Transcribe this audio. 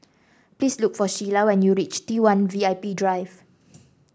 please look for Shiela when you reach T one V I P Drive